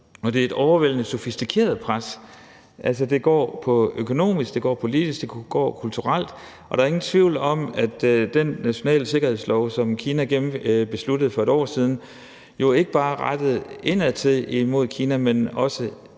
det er et overvældende sofistikeret pres. Altså, det går på det økonomiske, det politiske, det kulturelle, og der er ingen tvivl om, at dele af den nationale sikkerhedslov, som Kina besluttede for et år siden, jo ikke bare var rettet indad mod Kina, men også retter